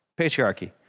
Patriarchy